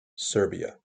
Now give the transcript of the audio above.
serbia